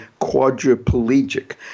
quadriplegic